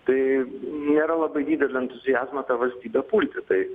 tai nėra labai didelio entuziazmo tą valstybę pulti tai